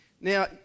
Now